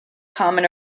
common